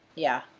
yeah,